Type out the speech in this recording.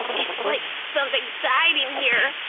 it's like something died in here!